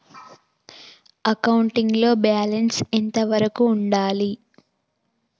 Accounting లో balance ఎంత వరకు ఉండాలి?